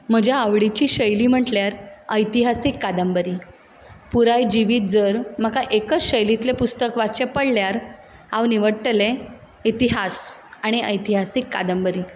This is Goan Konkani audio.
म्हज्या आवडीची शैली म्हटल्यार ऐतिहासीक कादंबरी पुराय जिवीत जर म्हाका एकच शैलींतलें पुस्तक वाच्चें पडल्यार हांव निवडटलें इतिहास आनी ऐतिहासीक कादंबरी